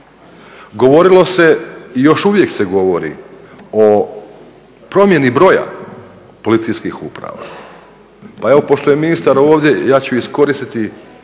Govorilo se i još uvijek se govori o promjeni broja policijskih uprava. Pa evo pošto je ministar ovdje ja ću iskoristiti